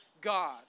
God